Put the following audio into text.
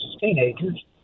teenagers